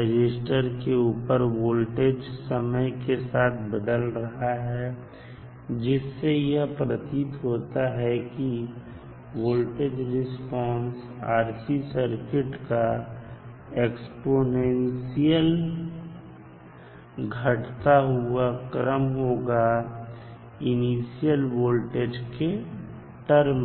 R के ऊपर voltage समय के साथ बदल रहा है जिससे यह प्रतीत होता है की वोल्टेज रिस्पांस RC सर्किट का एक एक्स्पोनेंशियल घटता हुआ क्रम होगा इनिशियल वोल्टेज के टर्म में